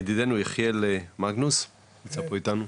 ידידנו יחיאל מגנוס נמצא פה איתנו,